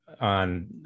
on